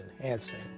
enhancing